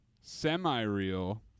semi-real